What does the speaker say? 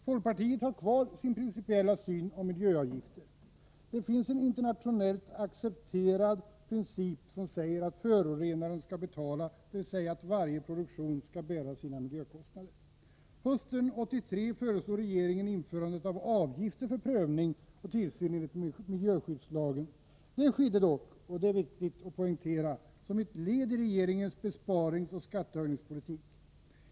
Folkpartiet har kvar sin principiella syn i fråga om miljöavgifter. Det finns en internationellt accepterad princip som säger att förorenaren skall betala, dvs. att varje produktion skall bära sina miljökostnader. Hösten 1983 föreslog regeringen införandet av avgifter för prövning och tillsyn enligt miljöskyddslagen. Det skedde dock, det är viktigt att poängtera, som ett led i regeringens besparingsoch skattehöjningspolitik.